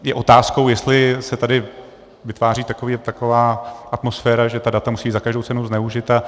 Je otázkou, jestli se tady vytváří taková atmosféra, že ta data musí být za každou cenu zneužita.